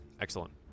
excellent